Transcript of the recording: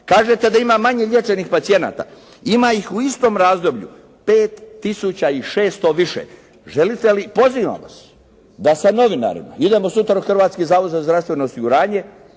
Kažete da ima manje liječenih pacijenata. Ima ih u istom razdoblju 5 tisuća i 600 više. Želite li, pozivam vas da sa novinarima idemo sutra u Hrvatski zavod za zdravstveno osiguranje